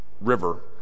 river